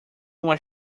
was